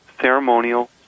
ceremonial